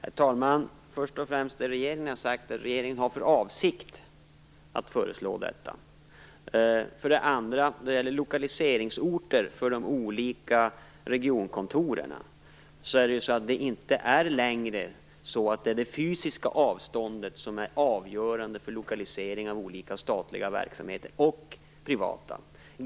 Herr talman! Först och främst har regeringen sagt att regeringen har för avsikt att föreslå Söderhamn. Sedan när det gäller lokaliseringsorter för de olika regionkontoren är det inte längre det fysiska avståndet som är avgörande för lokalisering av olika statliga och privata verksamheter.